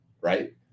right